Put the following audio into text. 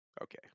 okay